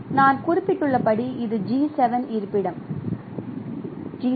நான் குறிப்பிட்டுள்ளபடி இது G7 இருப்பிடம் G7